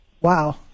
wow